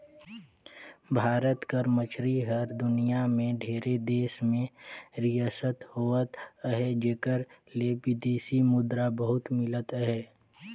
भारत कर मछरी हर दुनियां में ढेरे देस में निरयात होवत अहे जेकर ले बिदेसी मुद्रा बहुत मिलत अहे